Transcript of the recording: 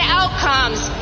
outcomes